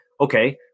okay